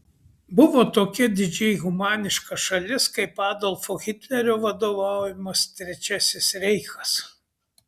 buvo tokia didžiai humaniška šalis kaip adolfo hitlerio vadovaujamas trečiasis reichas